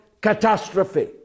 catastrophe